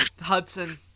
Hudson